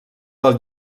del